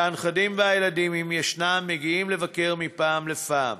והנכדים והילדים, אם ישנם, מגיעים לבקר מפעם לפעם,